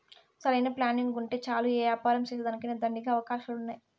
సరైన ప్లానింగుంటే చాలు యే యాపారం సేసేదానికైనా దండిగా అవకాశాలున్నాయి